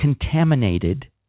contaminated